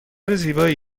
زیبایی